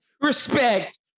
Respect